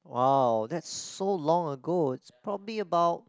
wow that's so long ago is probably about